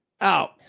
out